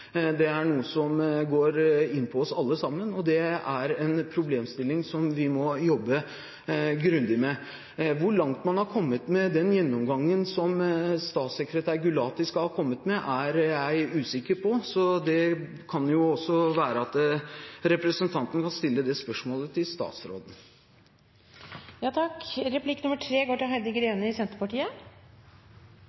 Det er noe som går inn på oss alle sammen, og det er en problemstilling som vi må jobbe grundig med. Hvor langt man er kommet med den gjennomgangen som statssekretær Gulati skal ha omtalt, er jeg usikker på, så det kan være at representanten kan stille det spørsmålet til statsråden. Selv om Fremskrittspartiet har vært nødt til